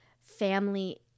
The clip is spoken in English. family